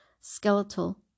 skeletal